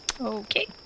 Okay